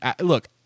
look